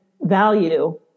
value